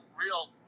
real